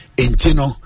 intino